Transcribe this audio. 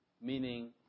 Meaning